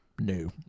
new